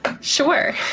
Sure